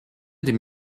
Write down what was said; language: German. dem